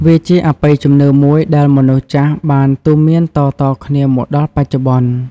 វាជាអបិយជំនឿមួយដែលមនុស្សចាស់បានទូន្មានតៗគ្នាមកដល់បច្ចុប្បន្ន។